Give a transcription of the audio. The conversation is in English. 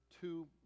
two